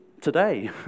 today